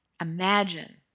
Imagine